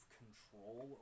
control